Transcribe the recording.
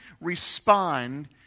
respond